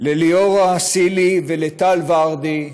לליאורה סלעי ולטל ורדי,